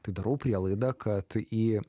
tai darau prielaidą kad į